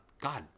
God